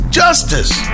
justice